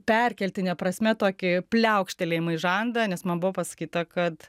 perkeltine prasme tokį pliaukštelėjimą į žandą nes man buvo pasakyta kad